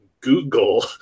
Google